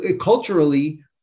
culturally